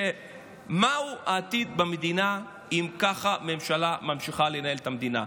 מהו העתיד במדינה אם ככה הממשלה ממשיכה לנהל את המדינה?